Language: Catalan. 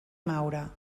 maura